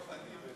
אני